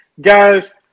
Guys